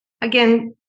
again